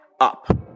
up